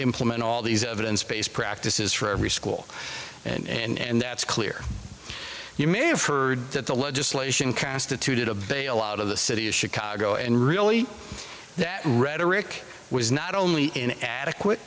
implement all these evidence based practice is for every school and that's clear you may have heard that the legislation constituted a bailout of the city of chicago and really that rhetoric was not only an adequate